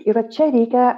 yra čia reikia